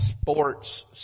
sports